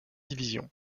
division